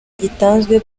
gitanzwe